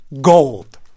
Gold